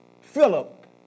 Philip